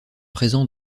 présents